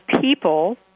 people